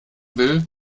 will